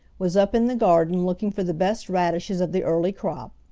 was up in the garden looking for the best radishes of the early crop.